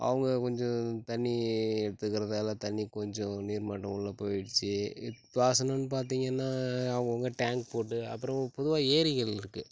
அவங்க கொஞ்சம் தண்ணி எடுத்துக்கிறதால தண்ணி கொஞ்சம் நீர் மட்டம் உள்ள போயிடுச்சு பாசனன்னு பார்த்தீங்கன்னா அவங்கவுங்க டேங்க் போட்டு அப்பறம் பொதுவாக ஏரிகள் இருக்குது